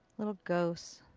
little ghosts.